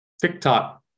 TikTok